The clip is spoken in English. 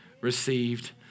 received